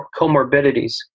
comorbidities